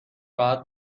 راحت